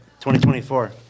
2024